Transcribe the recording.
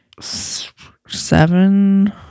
seven